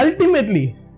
ultimately